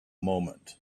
moment